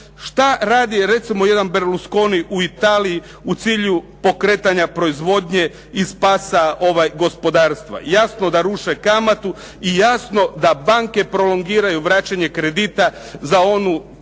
Šta radi recimo jedan Berlusconi u Italiji u pokretanja proizvodnje i spasa gospodarstva? Jasno da ruše kamatu i jasno da banke prolongiraju vraćanje kredita za onu